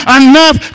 enough